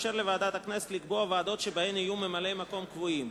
מאפשר לוועדת הכנסת לקבוע ועדות שבהן יהיו ממלאי-מקום קבועים,